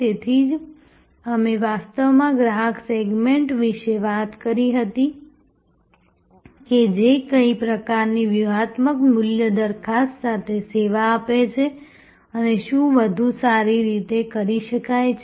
તેથી જ અમે વાસ્તવમાં ગ્રાહક સેગમેન્ટ વિશે વાત કરી હતી કે જે કઈ પ્રકારની વ્યૂહાત્મક મૂલ્ય દરખાસ્ત સાથે સેવા આપે છે અને શું વધુ સારી રીતે કરી શકાય છે